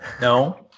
No